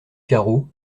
carreau